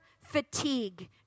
fatigue